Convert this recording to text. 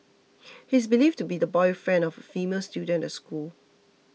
he is believed to be the boyfriend of a female student at the school